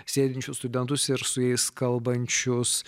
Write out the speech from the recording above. sėdinčius studentus ir su jais kalbančius